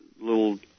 little